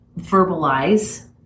verbalize